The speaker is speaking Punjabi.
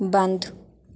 ਬੰਦ